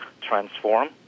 transform